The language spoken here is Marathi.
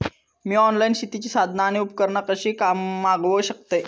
मी ऑनलाईन शेतीची साधना आणि उपकरणा कशी मागव शकतय?